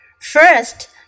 First